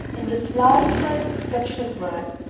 in reply to my affectionate words,